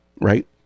right